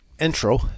intro